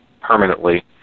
permanently